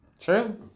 true